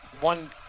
one